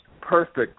perfect